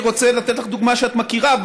אני רוצה לתת לך דוגמה שאת מכירה,